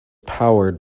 powered